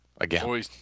again